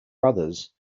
brothers